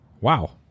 wow